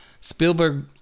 Spielberg